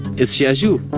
is she a jew?